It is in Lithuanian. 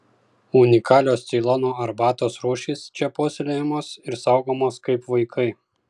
unikalios ceilono arbatos rūšys čia puoselėjamos ir saugomos kaip vaikai